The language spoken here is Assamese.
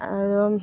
আৰু